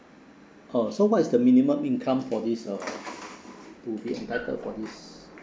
oh so what is the minimum income for this uh to be entitled for this